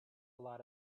lot